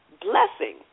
blessing